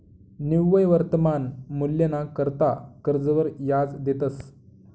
निव्वय वर्तमान मूल्यना करता कर्जवर याज देतंस